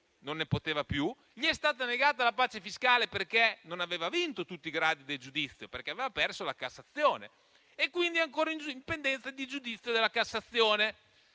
non ne poteva più, ma gli è stata negata, perché non aveva vinto tutti i gradi del giudizio, perché aveva perso in Cassazione e quindi è ancora pendente il giudizio della Cassazione.